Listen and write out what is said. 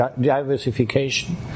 diversification